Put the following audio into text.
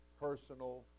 personal